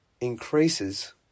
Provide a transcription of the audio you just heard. increases